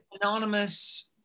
anonymous